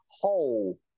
whole